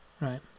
Right